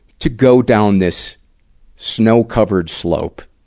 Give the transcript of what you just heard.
to go down this snow-covered slope,